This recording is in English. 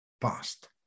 past